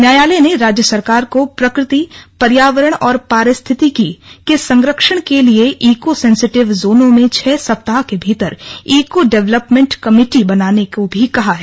न्यायालय ने राज्य सरकार को प्रकृति पर्यावरण और पारिस्थितिकी के संरक्षण के लिए इको सेंसिटिव जोनों में छह सप्ताह के भीतर इको डेवलपमेंट कमेटियां बनाने को भी कहा है